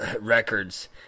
records